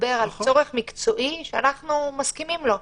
שידבר על צורך מקצועי שאנחנו מסכימים לו.